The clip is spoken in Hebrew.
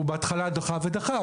הוא בהתחלה דחה ודחה,